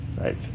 right